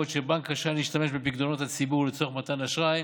בעוד שבנק רשאי להשתמש בפיקדונות הציבור לצורך מתן אשראי,